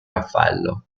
raffaello